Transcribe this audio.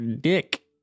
Dick